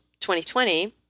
2020